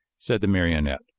said the marionette.